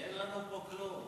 כי אין לנו פה כלום.